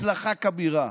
הצלחה כבירה.